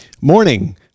Morning